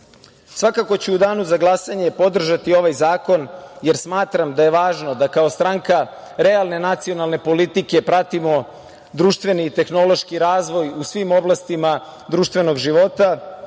zaštite. Svakako ću u danu za glasanje podržati ovaj zakon, jer smatram da je važno da kao stranka realne nacionalne politike pratimo društveni i tehnološki razvoj u svim oblastima društvenog života